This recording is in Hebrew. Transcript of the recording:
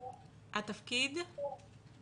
אני